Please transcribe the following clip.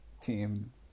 team